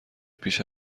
پیش